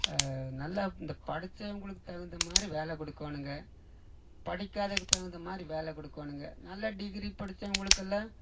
நல்ல இந்த படித்தவங்களுக்கு தகுந்தமாதிரி வேலைக் குடுக்கணுங்க படிக்காததுக்கு தகுந்தமாதிரி வேலைக் குடுக்கணுங்க நல்ல டிகிரி படித்தவங்களுக்கெல்லாம்